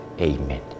Amen